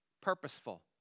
purposeful